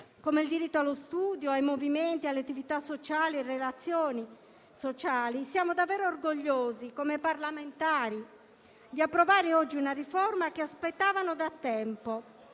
come il diritto allo studio, ai movimenti, alle attività e alle relazioni sociali, siamo davvero orgogliosi come parlamentari di approvare oggi una riforma che aspettavano da tempo,